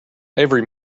every